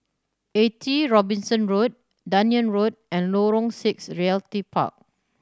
Eighty Robinson Road Dunearn Road and Lorong Six Realty Park